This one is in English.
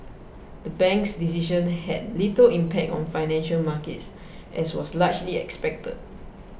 the bank's decision had little impact on financial markets as was largely expected